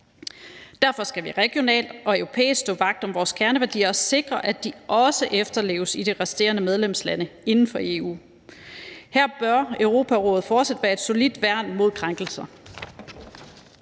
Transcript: Derfor skal vi regionalt og europæisk stå vagt om vores kerneværdier og sikre, at de også efterleves i de resterende medlemslande inden for EU. Her bør Europarådet fortsat være et solidt værn mod krænkelser.